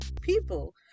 people